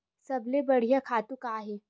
सबले बढ़िया खातु का हे?